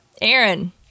Aaron